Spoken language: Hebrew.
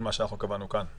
לפי מה שקבענו כאן.